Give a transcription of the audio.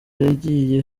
yagiye